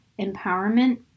empowerment